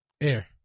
Air